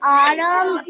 autumn